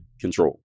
control